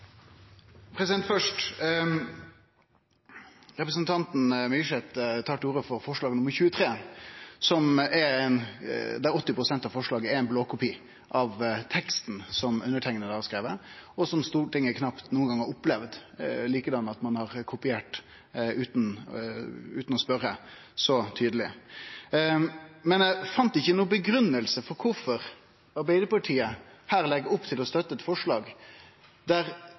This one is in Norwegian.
Myrseth tar til orde for forslag nr. 23, der 80 pst. av forslaget er ein blåkopi av ein tekst som underteikna har skrive. Stortinget har vel knapt nokon gong før opplevd at ein på same vis – så tydeleg – har kopiert utan å spørje. Men eg fann ikkje noka grunngiving for kvifor Arbeidarpartiet her legg opp til å støtte eit forslag der